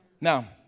Now